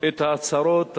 את ההצהרות,